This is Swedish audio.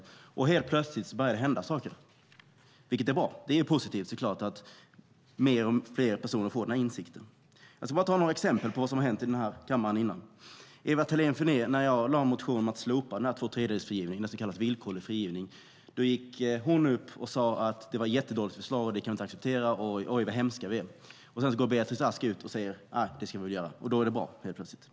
Då börjar det helt plötsligt hända saker, vilket är bra. Det är såklart positivt att fler och fler personer får denna insikt. Jag ska ta några exempel på vad som hänt här i kammaren innan. När jag väckte en motion om att slopa tvåtredjedelsfrigivningen, den så kallade villkorliga frigivningen, gick Ewa Thalén Finné upp och sade att det var ett jättedåligt förslag som inte kunde accepteras. Oj, vad hemska vi var! Sedan går Beatrice Ask ut och säger: Det ska vi göra! Och då är det helt plötsligt bra.